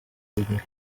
living